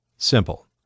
simple